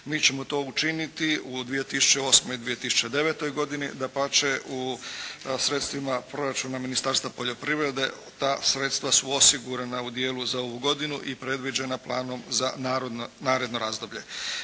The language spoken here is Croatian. Mi ćemo to učiniti u 2008. i 2009. godini, dapače u sredstvima proračuna Ministarstva poljoprivrede ta sredstva su osigurana u dijelu za ovu godinu i predviđena planom za naredno razdoblje.